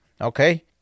okay